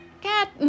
cat